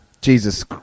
Jesus